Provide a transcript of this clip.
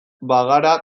bagara